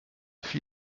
fil